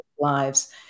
Lives